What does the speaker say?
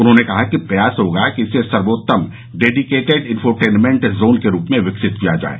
उन्होंने कहा कि प्रयास होगा कि इसे सर्वोत्तम डेडीकेटेड इंफोटेनमेंट जोन के रूप में विकसित किया जाये